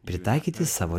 pritaikyti savo